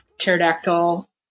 Pterodactyl